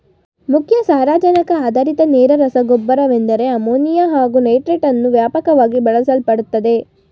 ಮುಖ್ಯ ಸಾರಜನಕ ಆಧಾರಿತ ನೇರ ರಸಗೊಬ್ಬರವೆಂದರೆ ಅಮೋನಿಯಾ ಹಾಗು ನೈಟ್ರೇಟನ್ನು ವ್ಯಾಪಕವಾಗಿ ಬಳಸಲ್ಪಡುತ್ತದೆ